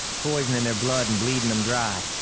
poisoning their blood, and bleeding them dry.